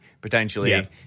potentially